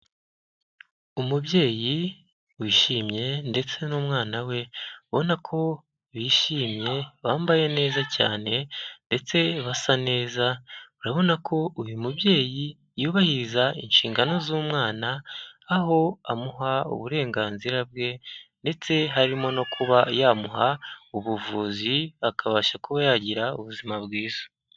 Umubyeyi wishimye ndetse n'umwana we ba ubona ko bishimye bambaye neza cyane ndetse basa neza urabona ko uyu mubyeyi yubahiriza inshingano z'umwana aho amuha uburenganzira bwe ndetse harimo no kuba yamuha ubuvuzi akabasha kuba yagira ubuzima bwiza.